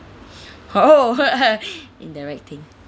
oh indirect thing